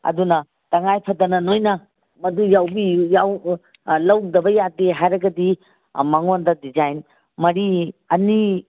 ꯑꯗꯨꯅ ꯇꯉꯥꯏ ꯐꯗꯅ ꯅꯣꯏꯅ ꯑꯗꯨ ꯌꯥꯎꯕꯤ ꯌꯥꯎ ꯂꯧꯗꯕ ꯌꯥꯗꯦ ꯍꯥꯏꯔꯒꯗꯤ ꯃꯉꯣꯟꯗ ꯗꯤꯖꯥꯏꯟ ꯃꯔꯤ ꯑꯅꯤ